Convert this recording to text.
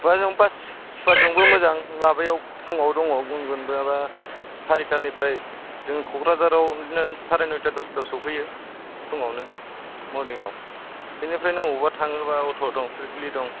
बास सुपारजोंबो मोजां माबायाव फुङाव दं गुनगुन सारिथानिफ्राय बिदिनो जों क'क्राझाराव बिदिनो साराय नयता दसतायाव सफैयो फुंयावनो मरनिंयाव बेनिफ्राय नों अबेयावबा थाङोब्ला अथ' दं फिरफिलि दं